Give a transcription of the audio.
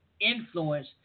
influence